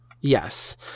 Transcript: Yes